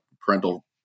parental